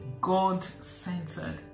god-centered